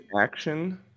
action